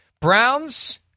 Browns